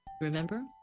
remember